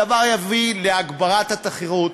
הדבר יביא להגברת התחרות,